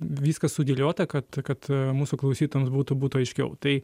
viskas sudėliota kad kad mūsų klausytojams būtų būtų aiškiau tai